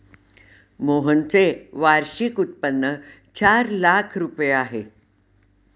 मोहनचे वार्षिक उत्पन्न चार लाख रुपये आहे